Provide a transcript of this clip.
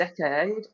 decade